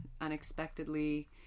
unexpectedly